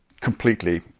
completely